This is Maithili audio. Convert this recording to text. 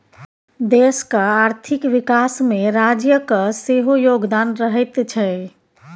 देशक आर्थिक विकासमे राज्यक सेहो योगदान रहैत छै